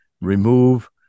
remove